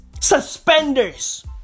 suspenders